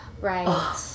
Right